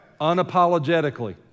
Unapologetically